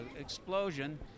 explosion